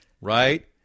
right